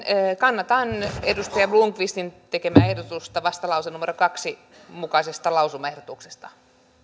kannatan edustaja blomqvistin tekemää ehdotusta vastalauseen kaksi mukaisesta lausumaehdotuksesta